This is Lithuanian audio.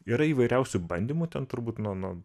yra įvairiausių bandymų ten turbūt nu nu